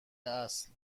اصل